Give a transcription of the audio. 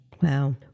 Wow